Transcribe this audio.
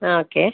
ஆ okay